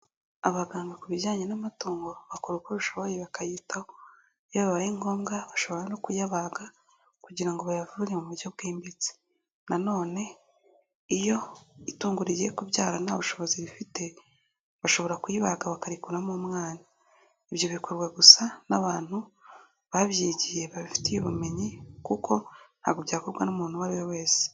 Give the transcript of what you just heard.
Abaganga ku bijyanye n'amatungo bakora uko bashoboye bakayitaho. Iyo bibaye ngombwa bashobora no kuyabaga, kugira ngo bayavure mu buryo bwimbitse, nanone iyo itungo rigiye kubyara nta bushobozi rifite, bashobora kuribaga bakarikuramo umwana. Ibyo bikorwa gusa n'abantu babyigiye babifitiye ubumenyi, kuko ntabwo byakorwa n'umuntu uwo ari we wese.